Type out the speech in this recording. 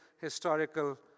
historical